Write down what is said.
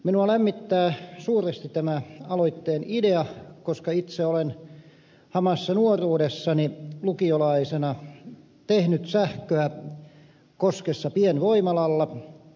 minua lämmittää suuresti tämä aloitteen idea koska itse olen hamassa nuoruudessani lukiolaisena tehnyt sähköä koskessa pienvoimalalla